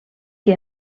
que